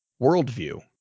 worldview